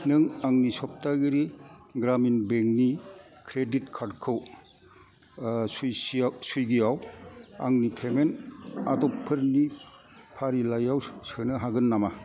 नों आंनि सप्तागिरि ग्रामिन बेंकनि क्रेडिट कार्डखौ सुइसियाव सुइगियाव आंनि पेमेन्ट आदबफोरनि फारिलाइयाव सोनो हागोन नामा